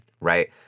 right